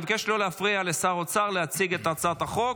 אני מבקש לא להפריע לשר האוצר להציג את הצעת החוק.